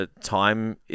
time